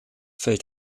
fällt